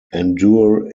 endure